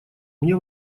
мне